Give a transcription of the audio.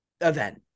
event